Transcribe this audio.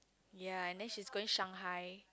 ya and then she's going Shanghai